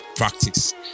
practice